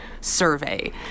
survey